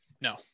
No